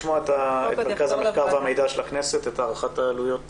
מרכז המחקר והמידע של הכנסת בבקשה.